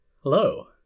hello